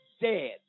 dead